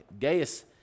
Gaius